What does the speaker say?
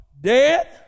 dead